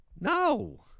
No